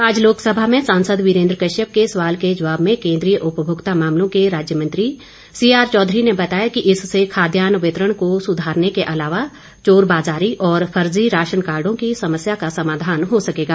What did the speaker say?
आज लोकसभा में सांसद वीरेन्द्र कश्यप के सवाल के जवाब में केन्द्रीय उपभोक्ता मामलों के राज्य मंत्री सीआर चौधरी ने बताया कि इससे खाद्यान्न वितरण को सुधारने के अलावा चोर बाजारी और फर्जी राशन कार्डो की समस्या का समाधान हो सकेगा